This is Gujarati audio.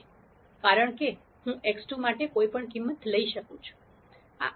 કારણ કે હું x2 માટે કોઈપણ કિંમત લઈ શકું છું